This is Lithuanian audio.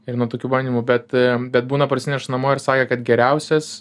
ir nuo tokių bandymų bet bet būna parsineša namo ir sakė kad geriausias